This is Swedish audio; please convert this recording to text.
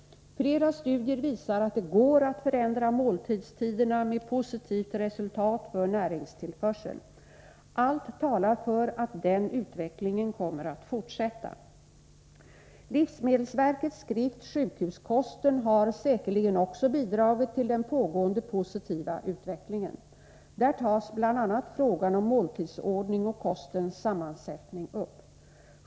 Flera studier visar att det går att förändra 19 mars 1984 måltidstiderna med positivt resultat för näringstillförseln. Allt talar för att den utvecklingen kommer att fortsätta. Om sjukhuskosten Livsmedelsverkets skrift Sjukhuskosten har säkerligen också bidragit till den pågående positiva utvecklingen. Där tas bl.a. frågan om måltidsordning och kostens sammansättning upp.